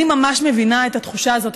אני ממש מבינה את התחושה הזאת,